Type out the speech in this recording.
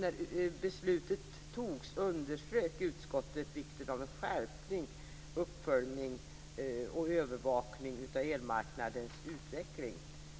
När beslutet fattades underströk utskottet vikten av en skärpning, uppföljning och övervakning av elmarknadens utveckling.